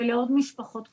ולעוד משפחות כמונו.